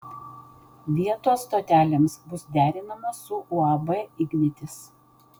vietos stotelėms bus derinamos su uab ignitis